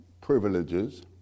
privileges